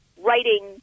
writing